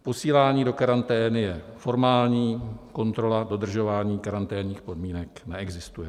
Posílání do karantény je formální, kontrola dodržování karanténních podmínek neexistuje.